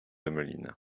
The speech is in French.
emmeline